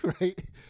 right